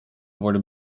worden